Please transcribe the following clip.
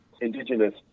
Indigenous